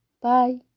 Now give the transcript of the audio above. Bye